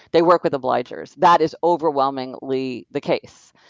they work with obligers. that is overwhelmingly the case.